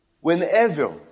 whenever